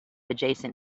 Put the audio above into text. adjacent